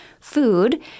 food